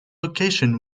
location